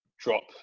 drop